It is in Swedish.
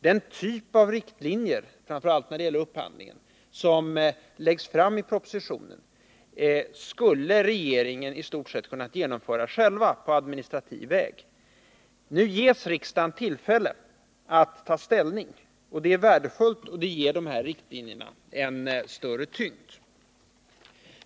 De riktlinjer, framför allt när det gäller upphandlingen, som dras upp i propositionen skulle regeringen i stort sett ha kunnat bestämma själv på administrativ väg. Nu ges riksdagen tillfälle att ta ställning. Det är värdefullt och ger riktlinjerna större tyngd.